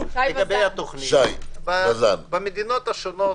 התוכנית, במדינות השונות